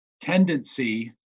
tendency